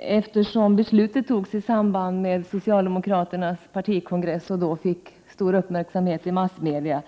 Eftersom beslutet om investeringsfonderna fattades i samband med socialdemokraternas partikongress och då fick stor uppmärksamhet i stor massmedia,